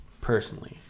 personally